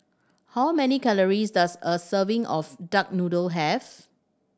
how many calories does a serving of duck noodle have